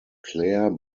claire